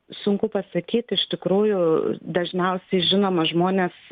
sunku pasakyt iš tikrųjų dažniausiai žinoma žmonės